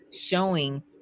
showing